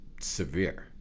severe